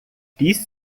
dies